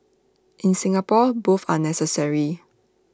in Singapore both are necessary